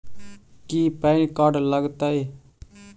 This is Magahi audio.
की पैन कार्ड लग तै?